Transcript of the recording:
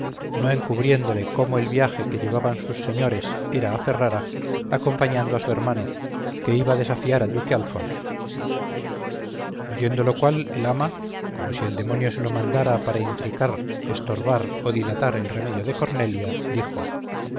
no encubriéndole cómo el viaje que llevaban sus señores era a ferrara acompañando a su hermano que iba a desafiar al duque alfonso oyendo lo cual el ama como si el demonio se lo mandara para intricar estorbar o dilatar el remedio de cornelia dijo